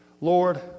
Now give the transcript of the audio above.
Lord